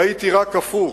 ראיתי רק הפוך,